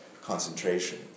concentration